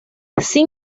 sin